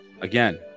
again